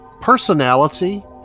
personality